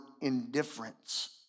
indifference